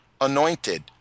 anointed